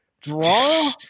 draw